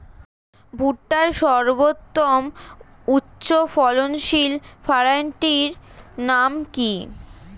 ভুট্টার সর্বোত্তম উচ্চফলনশীল ভ্যারাইটির নাম কি?